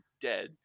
dead